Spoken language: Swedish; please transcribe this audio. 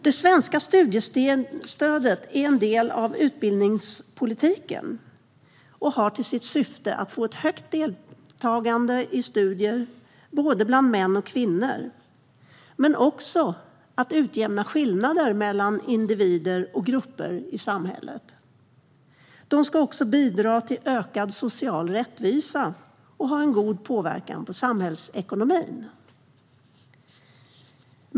Det svenska studiestödet är en del av utbildningspolitiken och har till syfte att få ett högt studiedeltagande bland både män och kvinnor men ska också utjämna skillnader mellan individer och grupper i samhället. Det ska även bidra till ökad social rättvisa och ha en god påverkan på samhällsekonomin.